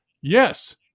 Yes